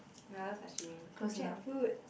another sashimi jackfruit